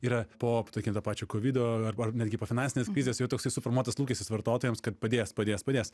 yra po tokio pačio kovido arba netgi po finansinės krizės jau toksai suformuotas lūkestis vartotojams kad padės padės padės